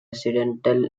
residential